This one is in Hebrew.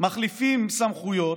מחליפים סמכויות,